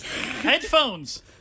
Headphones